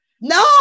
No